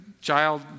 child